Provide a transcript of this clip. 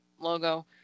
logo